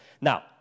Now